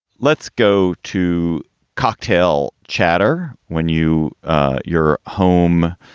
let's go to cocktail chatter. when you your home,